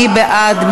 מי בעד?